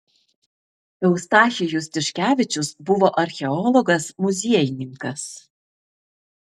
eustachijus tiškevičius buvo archeologas muziejininkas